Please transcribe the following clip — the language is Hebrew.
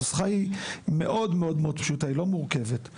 הנוסחה היא מאוד מאוד פשוטה, היא לא מורכבת.